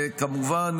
וכמובן,